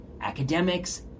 academics